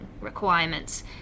requirements